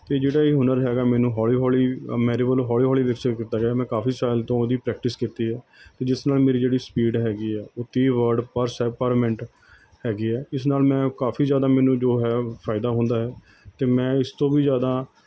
ਅਤੇ ਜਿਹੜਾ ਇਹ ਹੁਨਰ ਹੈਗਾ ਮੈਨੂੰ ਹੌਲੀ ਹੌਲੀ ਮੇਰੇ ਕੋਲ ਹੌਲੀ ਹੌਲੀ ਵਿਕਸਿਤ ਕੀਤਾ ਗਿਆ ਮੈਂ ਕਾਫੀ ਸਾਲ ਤੋਂ ਉਹਦੀ ਪ੍ਰੈਕਟਿਸ ਕੀਤੀ ਹੈ ਅਤੇ ਜਿਸ ਨਾਲ ਮੇਰੀ ਜਿਹੜੀ ਸਪੀਡ ਹੈਗੀ ਹੈ ਉਹ ਤੀਹ ਵਰਡ ਪਰ ਸੈ ਪਰ ਮਿੰਟ ਹੈਗੀ ਹੈ ਇਸ ਨਾਲ ਮੈਂ ਕਾਫੀ ਜ਼ਿਆਦਾ ਮੈਨੂੰ ਜੋ ਹੈ ਫਾਇਦਾ ਹੁੰਦਾ ਹੈ ਅਤੇ ਮੈਂ ਇਸ ਤੋਂ ਵੀ ਜ਼ਿਆਦਾ